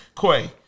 quay